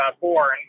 born